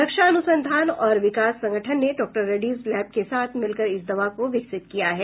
रक्षा अनुसंधान और विकास संगठन ने डॉक्टर रेड्डीज लैब के साथ मिलकर इस दवा को विकसित किया है